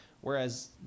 Whereas